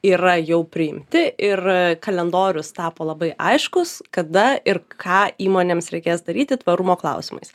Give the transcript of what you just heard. yra jau priimti ir kalendorius tapo labai aiškus kada ir ką įmonėms reikės daryti tvarumo klausimais